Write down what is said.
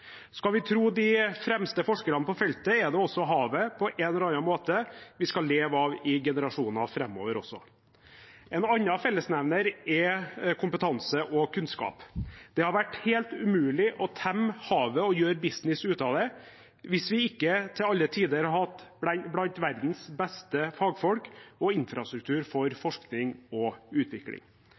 Skal vi tro de fremste forskerne på feltet, er det havet vi på en eller annen måte skal leve av i generasjoner framover også. En annen fellesnevner er kompetanse og kunnskap. Det hadde vært helt umulig å temme havet og gjøre business av det hvis vi ikke til alle tider hadde hatt blant verdens beste fagfolk og infrastrukturer for forskning og utvikling.